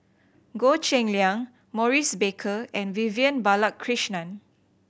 Goh Cheng Liang Maurice Baker and Vivian Balakrishnan